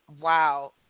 Wow